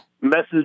Message